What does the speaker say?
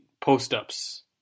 post-ups